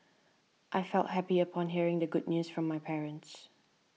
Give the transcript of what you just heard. I felt happy upon hearing the good news from my parents